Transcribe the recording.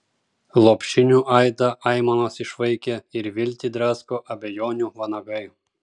lopšinių aidą aimanos išvaikė ir viltį drasko abejonių vanagai